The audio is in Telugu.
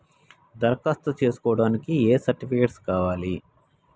దరఖాస్తు చేస్కోవడానికి ఏ సర్టిఫికేట్స్ కావాలి?